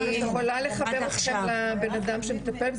אני יכולה לכוון אותכם לבנאדם שמטפל,